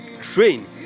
train